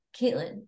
Caitlin